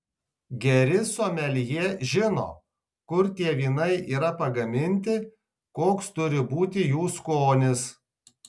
geri someljė žino kur tie vynai yra pagaminti koks turi būti jų skonis